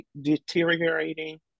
deteriorating